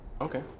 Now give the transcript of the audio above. Okay